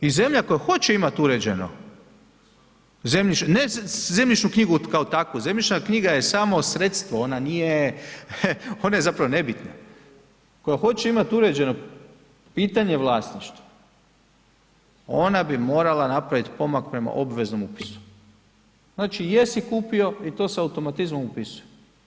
I zemlja koja hoće imati uređeno, ne zemljišnu knjigu kao takvu, zemljišna knjiga je samo sredstvo, ona je zapravo nebitna, koja hoće imati uređeno pitanje vlasništva, ona bi morala napravit pomak prema obveznom upisu, znači jesi kupio, i to se automatizmom upisuje.